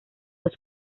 los